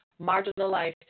marginalized